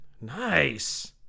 Nice